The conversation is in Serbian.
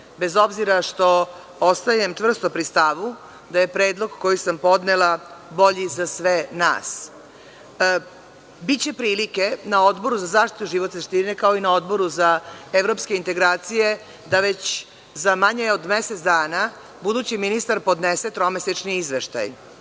bez obzira što ostajem čvrsto pri stavu da je predlog koji sam podnela bolji za sve nas. Biće prilike na Odboru za zaštitu životne sredine, kao i na Odboru za evropske integracije, da za manje od mesec dana budući ministar podnese tromesečni izveštaj,